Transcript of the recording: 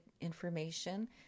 information